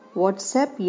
WhatsApp